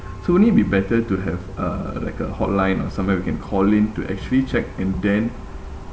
so wouldn't it be better to have uh like a hotline or somewhere we can call in to actually check and then